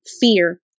fear